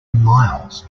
miles